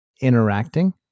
interacting